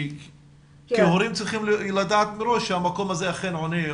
כי הורים צריכים לדעת מראש שהמקום הזה אכן עונה,